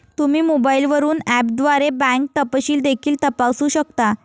तुम्ही मोबाईलवरून ऍपद्वारे बँक तपशील देखील तपासू शकता